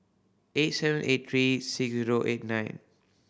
eight seven eight three six zero eight nine